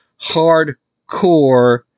hardcore